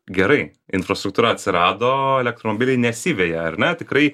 gerai infrastruktūra atsirado elektromobiliai nesiveja ar ne tikrai